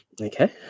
Okay